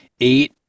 eight